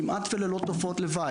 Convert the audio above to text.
כמעט וללא תופעות לוואי.